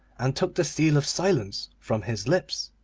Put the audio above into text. and took the seal of silence from his lips,